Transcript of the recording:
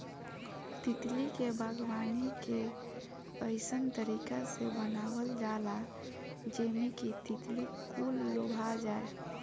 तितली के बागवानी के अइसन तरीका से बनावल जाला जेमें कि तितली कुल लोभा जाये